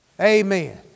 Amen